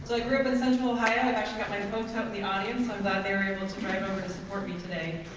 like grew up in central ohio actually got my folks up in the audience, so i'm glad they were able to drive over to support me today.